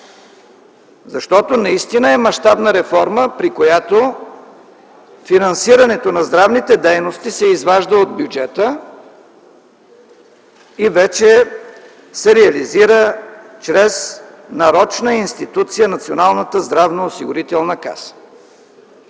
защото наистина е мащабна реформа, при която финансирането на здравните дейности се изважда от бюджета и вече се реализира чрез нарочна институция – Националната здравноосигурителна каса.